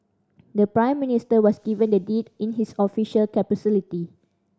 the Prime Minister was given the deed in his official capacity